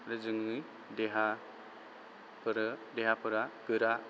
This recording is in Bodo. आरो जोंनि देहाफोरा गोरा